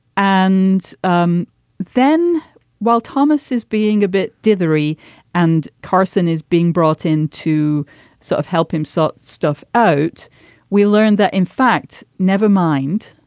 and um then while thomas is being a bit dithering and carson is being brought in to sort so of help him sort stuff out we learned that in fact. never mind.